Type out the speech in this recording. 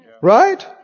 Right